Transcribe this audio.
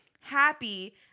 happy